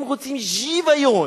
הם רוצים שוויון.